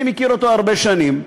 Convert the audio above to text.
אני מכיר אותו הרבה שנים.